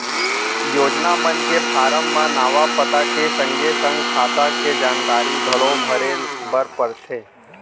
योजना मन के फारम म नांव, पता के संगे संग खाता के जानकारी घलौ भरे बर परथे